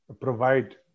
provide